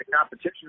competition